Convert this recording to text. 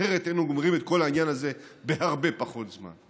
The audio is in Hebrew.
אחרת היינו גומרים את כל העניין הזה בהרבה פחות זמן.